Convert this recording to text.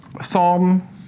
Psalm